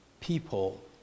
people